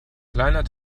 kleiner